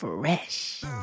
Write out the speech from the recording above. Fresh